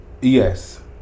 Yes